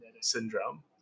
syndrome